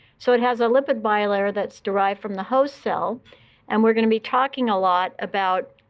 so it has a lipid bilayer that's derived from the host cell and we're going to be talking a lot about